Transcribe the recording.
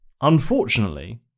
unfortunately